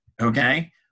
okay